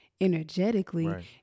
energetically